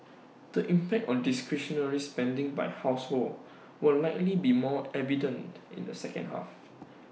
the impact on discretionary spending by households will likely be more evident in the second half